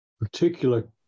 particular